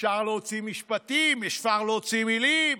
אפשר להוציא משפטים, אפשר להוציא מילים,